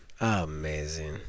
Amazing